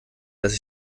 dass